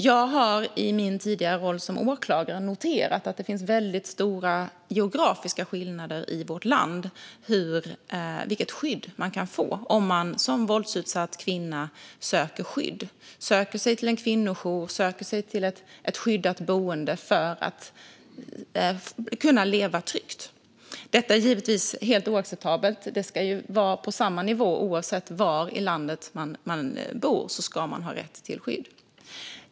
Jag har i min tidigare roll som åklagare noterat att det finns väldigt stora geografiska skillnader i vårt land när det gäller vilket skydd som man kan få om man som våldsutsatt kvinna söker skydd - söker sig till en kvinnojour eller ett skyddat boende - för att kunna leva tryggt. Detta är givetvis helt oacceptabelt. Det ska vara på samma nivå i hela landet. Oavsett var i landet man bor ska man ha rätt till skydd.